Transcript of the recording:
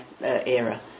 era